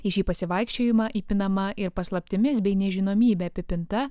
į šį pasivaikščiojimą įpinama ir paslaptimis bei nežinomybe apipinta